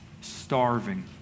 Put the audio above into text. starving